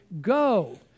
Go